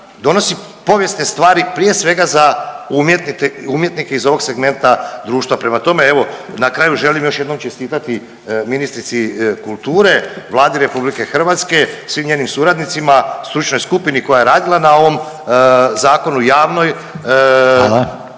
donosi povijesne stvari prije svega za umjetnike iz ovog segmenta društva. Prema tome, evo na kraju želim još jednom čestitati ministrici kulture, Vladi RH, svim njenim suradnicima, stručnoj skupini koja je radila na ovom zakonu javnoj